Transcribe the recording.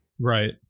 Right